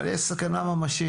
אבל יש סכנה ממשית.